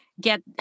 get